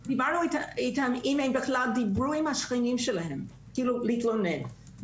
אם הם בכלל דיברו עם השכנים שלהם כדי להתלונן.